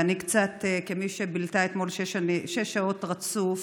וכמי שבילתה אתמול שש שעות רצוף